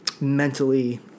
mentally